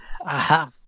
Aha